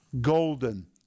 golden